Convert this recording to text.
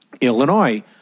Illinois